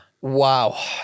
Wow